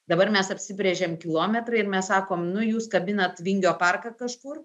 dabar mes apsibrėžėm kilometrą ir mes sakome nu jūs kabinat vingio parką kažkur